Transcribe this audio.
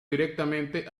directamente